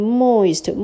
moist